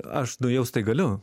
aš nujaust tai galiu